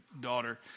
daughter